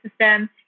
system